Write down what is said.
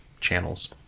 channels